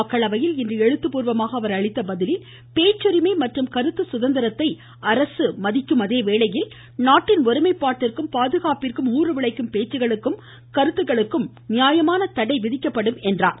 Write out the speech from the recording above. மக்களவையில் எழுத்து பூர்வமாக அவர் அளித்த பதிலில் பேச்சுரிமை மற்றும் கருத்து சுதந்திரத்தை அரசு மதிக்கும் போதிலும் நாட்டின் ஒருமைப் பாட்டிற்கும் பாதுகாப்பிற்கும் ஊறுவிளைவிக்கும் பேச்சுக்களுக்கும் கருத்துக்களுக்கும் நியாயமான தடைவிதிக்கலாம் என்று அவர் கூறினார்